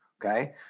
Okay